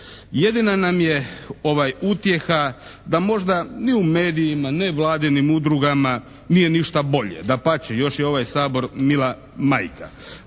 Jedina nam je utjeha da možda ni u medijima, nevladinim udrugama nije ništa bolje. Dapače, još je ovaj Sabor "mila majka"